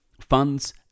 funds